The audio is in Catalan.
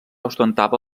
ostentava